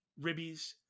ribbies